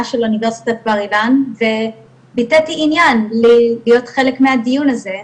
של אוניברסיטת "בר אילן" וביטאתי עניין להיות חלק מהדיון הזה,